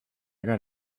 got